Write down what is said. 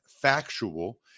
factual